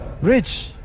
Rich